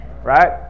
right